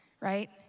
right